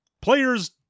Players